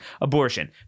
abortion